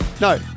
No